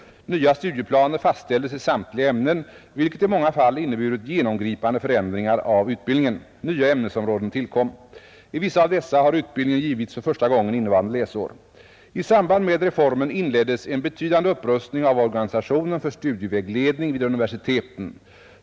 Nya studieplaner fastställdes i samtliga ämnen, vilket i många fall inneburit genomgripande förändringar av utbildningen. Nya ämnesområden tillkom. I vissa av dessa har utbildningen givits första gången innevarande läsår. I samband med reformen inleddes en betydande upprustning av organisationen för studievägledning vid universiteten.